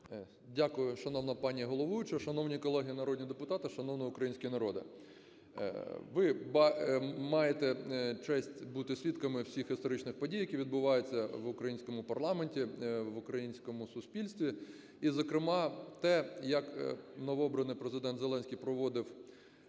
Дякую. Шановна пані головуюча, шановні колеги народні депутати, шановний український народе! Ви маєте честь бути свідками всіх історичних подій, які відбуваються в українському парламенті, в українському суспільстві і, зокрема, те, як новообраний Президент Зеленський проводив